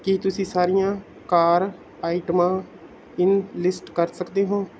ਕੀ ਤੁਸੀਂ ਸਾਰੀਆਂ ਕਾਰ ਆਈਟਮਾਂ ਇਨਲਿਸਟ ਕਰ ਸਕਦੇ ਹੋ